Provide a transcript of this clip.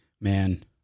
Man